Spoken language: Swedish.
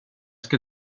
ska